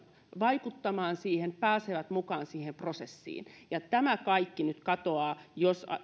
vaikuttamaan siihen ja pääsevät mukaan siihen prosessiin tämä kaikki nyt katoaa jos